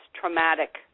traumatic